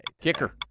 Kicker